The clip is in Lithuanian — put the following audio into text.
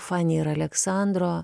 fani ir aleksandro